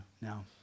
Now